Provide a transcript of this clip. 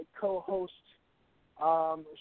co-host